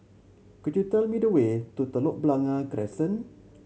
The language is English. could you tell me the way to Telok Blangah Crescent